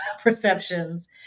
perceptions